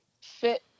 fit